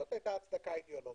זו היתה הצדקה אידיאולוגיה.